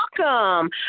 Welcome